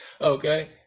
Okay